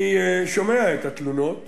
אני שומע את התלונות